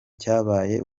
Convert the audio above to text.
cyabaye